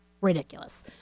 ridiculous